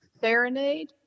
Serenade